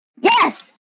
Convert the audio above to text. Yes